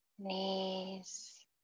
Knees